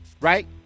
right